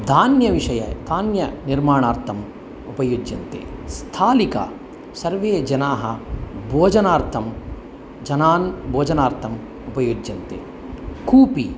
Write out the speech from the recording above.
धान्यविषये धान्यनिर्माणार्थम् उपयुज्यते स्थालिका सर्वे जनाः भोजनार्थं जनान् भोजनार्थम् उपयुज्यते कूपी